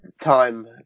time